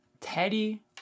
Teddy